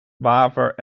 waver